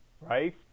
Right